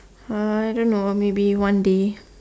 I don't know maybe one day